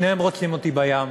שניהם רוצים אותי בים,